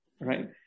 right